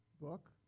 book